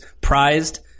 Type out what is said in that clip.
prized